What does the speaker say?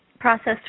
processed